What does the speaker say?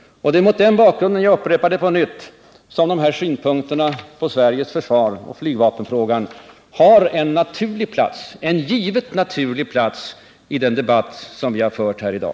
Det är mot den bakgrunden —-jag upprepar det som dessa synpunkter på Sveriges försvar och flygvapenfrågan har en given, naturlig plats i den debatt vi för här i dag.